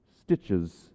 stitches